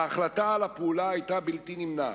ההחלטה על הפעולה היתה בלתי נמנעת,